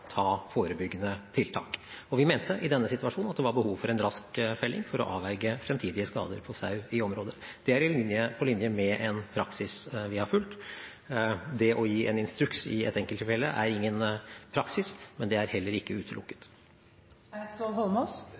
forebyggende tiltak. Vi mente i denne situasjonen at det var behov for en rask felling for å avverge fremtidige skader på sau i området. Det er på linje med en praksis vi har fulgt. Det å gi en instruks i et enkelttilfelle er ingen praksis, men det er heller ikke